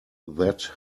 that